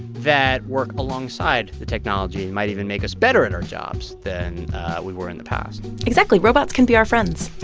that work alongside the technology and might even make us better at our jobs than we were in the past exactly. robots can be our friends